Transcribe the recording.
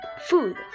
food